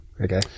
Okay